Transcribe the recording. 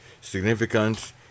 significant